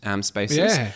spaces